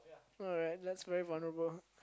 alright that's very vulnerable